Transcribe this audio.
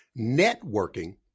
Networking